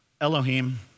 Elohim